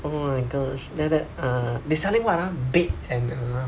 oh my gosh then after that uh they selling what ah bed and uh